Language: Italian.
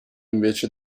invece